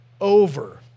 over